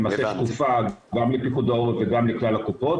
למעשה שקופה גם לפיקוד העורף וגם לכלל הקופות,